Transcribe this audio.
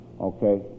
okay